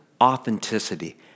authenticity